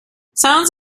sounds